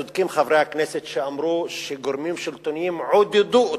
צודקים חברי הכנסת שאמרו שגורמים שלטוניים עודדו אותם.